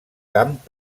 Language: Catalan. camp